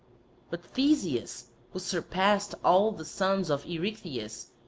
but theseus, who surpassed all the sons of erechtheus,